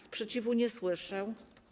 Sprzeciwu nie słyszę.